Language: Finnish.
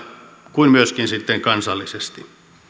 kuin myöskin sitten kansallisesti